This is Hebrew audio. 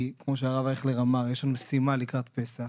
כי כמו שהרב אייכלר אמר יש לנו משימה לקראת פסח,